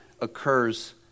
occurs